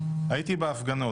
הייתי בהפגנות.